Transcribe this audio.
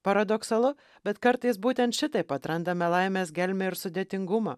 paradoksalu bet kartais būtent šitaip atrandame laimės gelmę ir sudėtingumą